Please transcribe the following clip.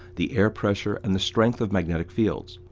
the air pressure, and the strength of magnetic fields.